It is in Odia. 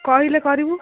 କହିଲେ କରିବୁ